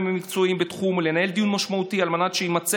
המקצועיים בתחום ולנהל דיון משמעותי על מנת שיימצא